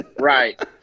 Right